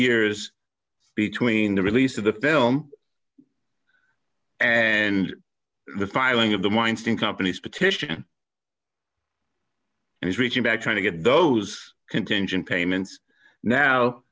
years between the release of the film and the filing of the minds in companies petition and he's reaching back trying to get those contingent payments now